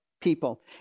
people